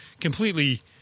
completely